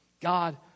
God